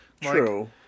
true